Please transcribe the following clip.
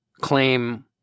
claim